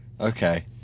okay